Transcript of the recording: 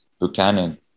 Buchanan